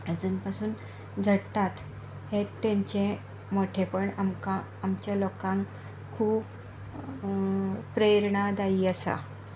आजून पासून झडटात हेंच ताूचें मोठेपण आमकां आमच्या लोकाक खुब प्रेरणादायी आसा